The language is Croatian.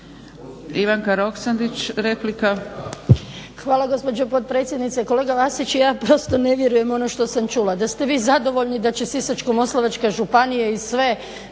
Ivanka (HDZ)** Hvala gospođo potpredsjednice. Kolega Vasić ja prosto ne vjerujem ono što sam čula, da ste vi zadovoljni da će Sisačko-moslavačka županija i sve